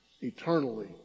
eternally